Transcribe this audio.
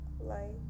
Light